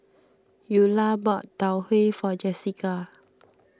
Ula bought Tau Huay for Jessika